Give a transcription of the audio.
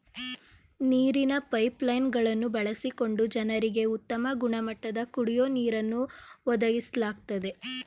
ನೀರಿನ pipeline ಗಳನ್ನು ಬಳಸಿಕೊಂಡು ಜನರಿಗೆ ಉತ್ತಮ ಗುಣಮಟ್ಟದ ಕುಡಿಯೋ ನೀರನ್ನು ಒದಗಿಸ್ಲಾಗ್ತದೆ